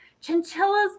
Chinchillas